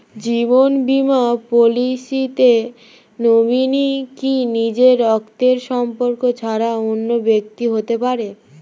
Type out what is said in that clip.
জীবন বীমা পলিসিতে নমিনি কি নিজের রক্তের সম্পর্ক ছাড়া অন্য ব্যক্তি হতে পারে?